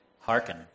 Hearken